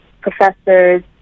professors